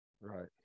Right